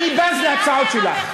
אני בז להצעות שלך.